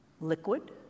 liquid